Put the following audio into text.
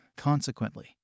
Consequently